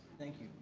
thank you.